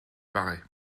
parait